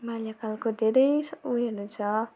बाल्यकालको धेरै छ उयोहरू छ